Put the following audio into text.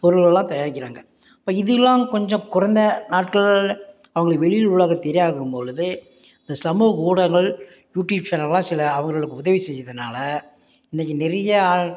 பொருகள்லாம் தயாரிக்கிறாங்க இப்போ இது இல்லாம் கொஞ்சம் குறைந்த நாட்கள் அவங்களுக்கு வெளி உலகம் தெரியாகும்பொழுது இந்த சமூக ஊடகங்கள் யூடியூப் சேனல்கள்லாம் சில அவர்களுக்கு உதவி செய்கிறதுனால இன்னைக்கி நிறையா